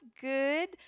good